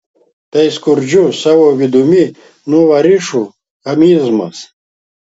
tai skurdžių savo vidumi nuvorišų chamizmas